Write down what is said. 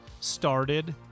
started